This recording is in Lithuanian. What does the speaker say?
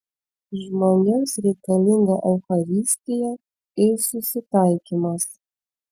žmonėms reikalinga eucharistija ir susitaikymas